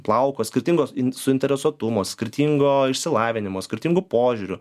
plauko skirtingo suinteresuotumo skirtingo išsilavinimo skirtingų požiūrių